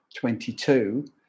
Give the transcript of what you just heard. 22